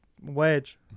wedge